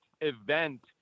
event